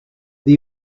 the